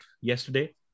yesterday